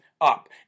up